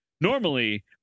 normally